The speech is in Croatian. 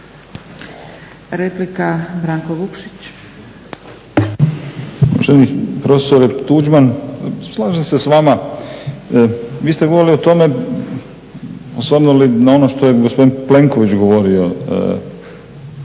kolega Branko Vukšić.